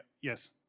yes